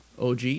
OG